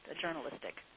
journalistic